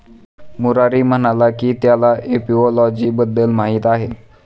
मुरारी म्हणाला की त्याला एपिओलॉजी बद्दल माहीत आहे